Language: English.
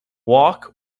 walk